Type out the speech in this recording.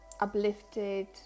uplifted